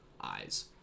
eyes